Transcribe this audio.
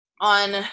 on